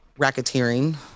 racketeering